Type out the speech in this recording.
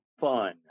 fun